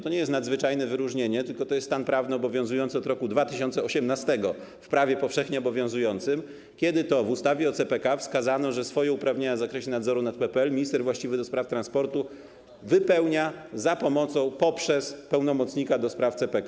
To nie jest nadzwyczajne wyróżnienie, tylko to jest stan prawny obowiązujący od roku 2018 w oparciu o prawo powszechnie obowiązujące, kiedy to w ustawie o CPK wskazano, że swoje uprawnienia w zakresie nadzoru nad PPL minister właściwy do spraw transportu wypełnia poprzez pełnomocnika do spraw CPK.